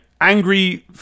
Angry